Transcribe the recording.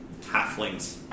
halflings